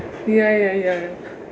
ya ya ya